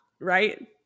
right